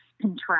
contract